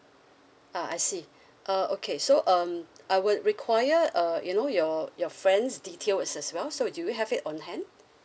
ah I see uh okay so um I would require uh you know your your friend's details as well so do you have it on hand